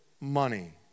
money